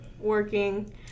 working